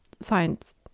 science